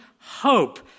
hope